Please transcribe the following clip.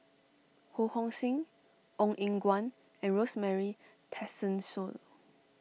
Ho Hong Sing Ong Eng Guan and Rosemary Tessensohn